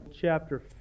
chapter